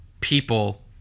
people